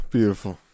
Beautiful